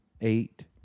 eight